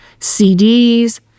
CDs